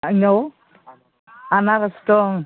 आंनियाव आनारस दं